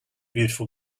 beautiful